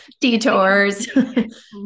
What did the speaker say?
Detours